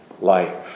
life